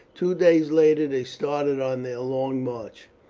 two days later they started on their long march.